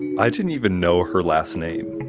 i didn't even know her last name.